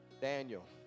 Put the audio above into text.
Daniel